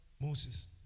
Moses